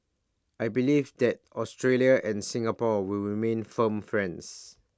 I believe that Australia and Singapore will remain firm friends